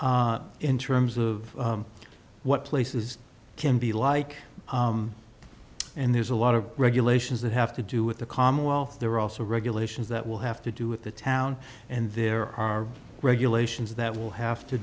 in terms of what places can be like and there's a lot of regulations that have to do with the commonwealth there are also regulations that will have to do with the town and there are regulations that will have to